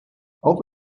auch